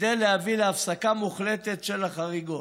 כדי להביא להפסקה מוחלטת של החריגות.